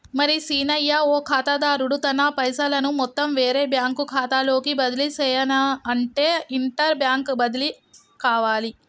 మరి సీనయ్య ఓ ఖాతాదారుడు తన పైసలను మొత్తం వేరే బ్యాంకు ఖాతాలోకి బదిలీ సెయ్యనఅంటే ఇంటర్ బ్యాంక్ బదిలి కావాలి